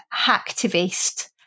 hacktivist